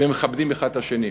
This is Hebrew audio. ומכבדים אחד את השני.